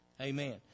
Amen